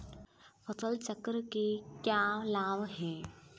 फसल चक्र के क्या लाभ हैं?